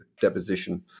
deposition